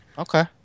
Okay